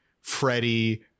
Freddie